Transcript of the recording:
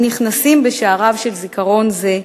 הנכנסים בשעריו של זיכרון זה,